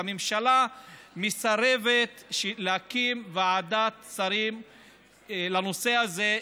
והממשלה מסרבת להקים ועדת שרים לנושא הזה.